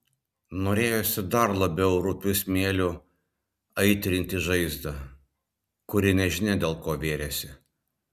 norėjosi dar labiau rupiu smėliu aitrinti žaizdą kuri nežinia dėl ko vėrėsi